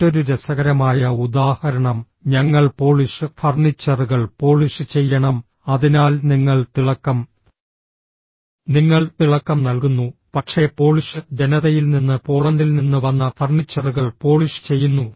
മറ്റൊരു രസകരമായ ഉദാഹരണം ഞങ്ങൾ പോളിഷ് ഫർണിച്ചറുകൾ പോളിഷ് ചെയ്യണം അതിനാൽ നിങ്ങൾ തിളക്കം നിങ്ങൾ തിളക്കം നൽകുന്നു പക്ഷേ പോളിഷ് ജനതയിൽ നിന്ന് പോളണ്ടിൽ നിന്ന് വന്ന ഫർണിച്ചറുകൾ പോളിഷ് ചെയ്യുന്നു